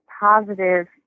positive